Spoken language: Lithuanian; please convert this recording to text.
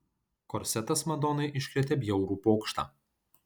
korsetas madonai iškrėtė bjaurų pokštą